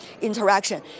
interaction